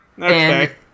Okay